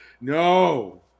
No